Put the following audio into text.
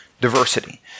diversity